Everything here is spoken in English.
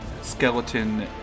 Skeleton